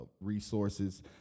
resources